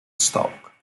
stock